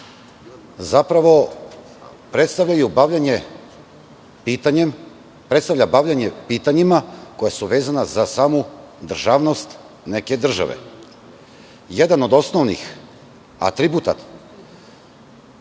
zapravo predstavlja bavljenje pitanjima koja su vezana za samu državnost neke države. Jedan od osnovnih atributa